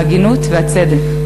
ההגינות והצדק.